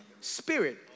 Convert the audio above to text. Spirit